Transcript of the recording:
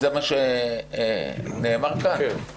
זה מה שנאמר כאן?